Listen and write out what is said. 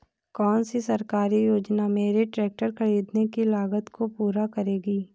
कौन सी सरकारी योजना मेरे ट्रैक्टर ख़रीदने की लागत को पूरा करेगी?